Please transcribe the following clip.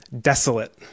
desolate